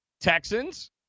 Texans